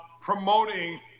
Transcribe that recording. promoting